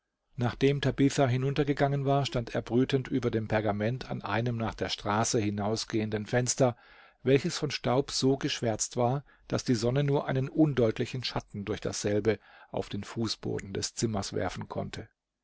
nachdem tabitha hinunter gegangen war stand er brütend über dem pergament an einem nach der straße hinausgehenden fenster welches von staub so geschwärzt war daß die sonne nur einen undeutlichen schatten durch dasselbe auf den fußboden des zimmers werfen konnte